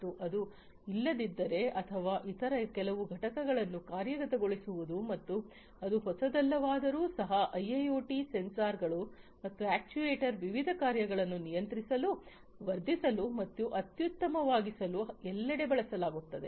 ಮತ್ತು ಅದು ಇಲ್ಲದಿದ್ದರೆ ಅಥವಾ ಇತರ ಕೆಲವು ಘಟಕಗಳನ್ನು ಕಾರ್ಯಗತಗೊಳಿಸುವುದು ಮತ್ತು ಅದು ಹೊಸದಲ್ಲವಾದರೂ ಸಹ ಐಐಒಟಿ ಸೆನ್ಸರ್ಗಳು ಮತ್ತು ಅಕ್ಚುಯೆಟರ್ಸ್ಗಗಳನ್ನು ವಿವಿಧ ಕಾರ್ಯಗಳನ್ನು ನಿಯಂತ್ರಿಸಲು ವರ್ಧಿಸಲು ಮತ್ತು ಅತ್ಯುತ್ತಮವಾಗಿಸಲು ಎಲ್ಲೆಡೆ ಬಳಸಲಾಗುತ್ತದೆ